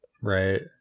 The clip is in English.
Right